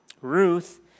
Ruth